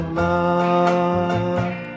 love